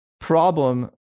problem